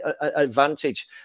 advantage